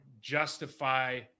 justify